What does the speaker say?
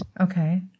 Okay